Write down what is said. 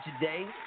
today